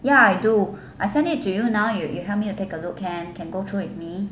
ya I do I send it to you now you you help me to take a look can can go through with me